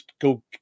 go